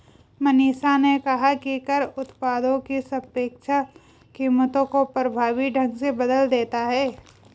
मनीषा ने कहा कि कर उत्पादों की सापेक्ष कीमतों को प्रभावी ढंग से बदल देता है